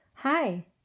Hi